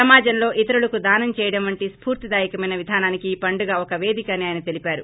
సమాజంలో ఇతరులకు దానం చేయడం వంటి స్ఫూర్తిదాయకమైన విధానానికి ఈ పండుగ ఒక వేదిక అని ఆయన తెలిపారు